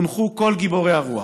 חונכו כל גיבורי הרוח,